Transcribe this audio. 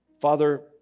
Father